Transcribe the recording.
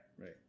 right